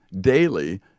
daily